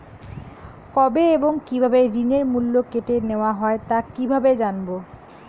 কবে এবং কিভাবে ঋণের মূল্য কেটে নেওয়া হয় তা কিভাবে জানবো?